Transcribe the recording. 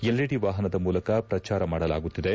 L E D ವಾಹನದ ಮೂಲಕ ಪ್ರಜಾರ ಮಾಡಲಾಗುತ್ತಿದೆ